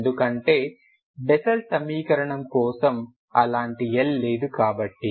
ఎందుకంటే బెస్సెల్ సమీకరణం కోసం అలాంటి L లేదు కాబట్టి